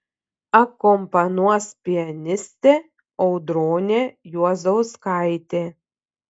akompanuos pianistė audronė juozauskaitė